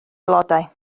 flodau